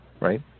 right